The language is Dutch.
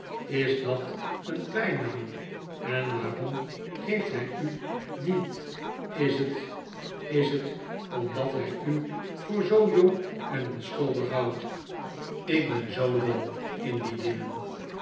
is dat een bij naam in waarom geeft hij u dien is het is het omdat hij u voor zoo jong en onschuldig houdt ik ben zoo dom in die dingen